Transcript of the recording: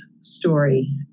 story